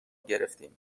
گرفتیم